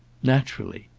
naturally!